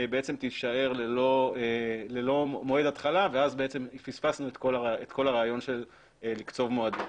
בעצם תישאר ללא מועד התחלה ואז פספסנו את כל הרעיון של לקצוב מועדים.